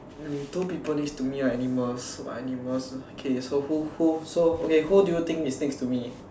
two people next to me animals animals okay so who who who who do you think is next to me